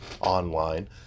online